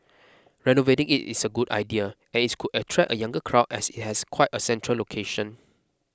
renovating it is a good idea and it could attract a younger crowd as it has quite a central location